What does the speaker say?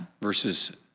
versus